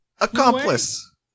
Accomplice